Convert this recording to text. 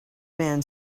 man